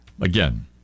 again